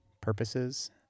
purposes